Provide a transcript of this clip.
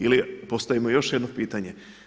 Ili postavimo još jedno pitanje.